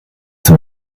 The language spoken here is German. zum